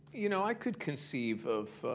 you know, i could conceive of,